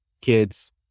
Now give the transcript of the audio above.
kids